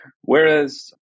Whereas